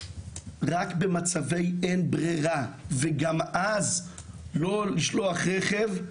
רק במצבי אין ברירה וגם אז לא לשלוח רכב,